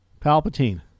Palpatine